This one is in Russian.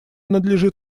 надлежит